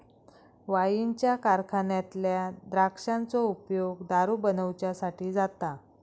वाईनच्या कारखान्यातल्या द्राक्षांचो उपयोग दारू बनवच्यासाठी जाता